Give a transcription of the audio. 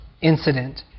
incident